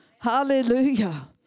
Hallelujah